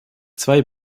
zwei